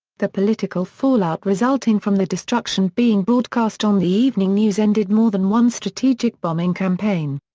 the political fallout resulting from the destruction being broadcast on the evening news ended more than one strategic bombing campaign.